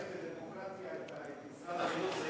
בדמוקרטיה את משרד החינוך,